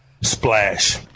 Splash